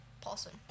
paulson